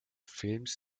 films